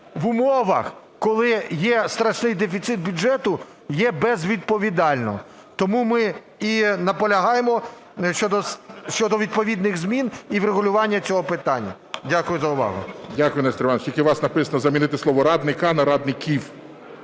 в умовах, коли є страшний дефіцит бюджету, є безвідповідально. Тому ми і наполягаємо щодо відповідних змін і врегулювання цього питання. Дякую за увагу. ГОЛОВУЮЧИЙ. Дякую, Нестор Іванович. Тільки у вас написано замінити слово "радника" на "радників".